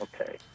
okay